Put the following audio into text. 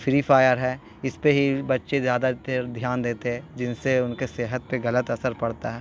free fire ہے اس پہ ہی بچے زیادہ تر دھیان دیتے جن سے ان کے صحت پہ غلط اثر پڑتا ہے